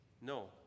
No